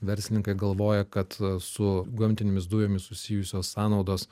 verslininkai galvoja kad su gamtinėmis dujomis susijusios sąnaudos